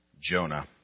Jonah